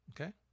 Okay